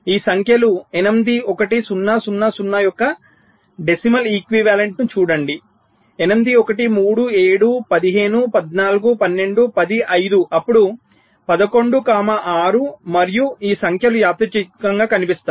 ఈ సంఖ్యలు 8 1 0 0 0 యొక్క దశాంశ సమానతను చూడండి 8 1 3 7 15 14 12 10 5 అప్పుడు 11 6 మరియు ఈ సంఖ్యలు యాదృచ్ఛికంగా కనిపిస్తాయి